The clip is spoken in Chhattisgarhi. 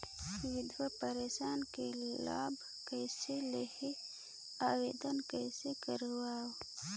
विधवा पेंशन के लाभ कइसे लहां? आवेदन कइसे करव?